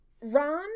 Ron